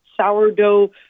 sourdough